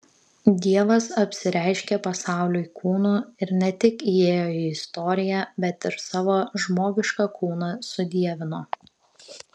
dievas apsireiškė pasauliui kūnu ir ne tik įėjo į istoriją bet ir savo žmogišką kūną sudievino